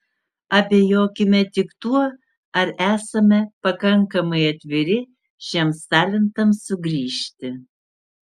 abejokime tik tuo ar esame pakankamai atviri šiems talentams sugrįžti